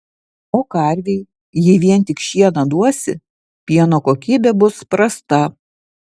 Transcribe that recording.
o karvei jei vien tik šieną duosi pieno kokybė bus prasta